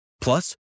Plus